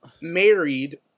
married